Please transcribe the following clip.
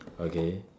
okay